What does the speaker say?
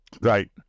right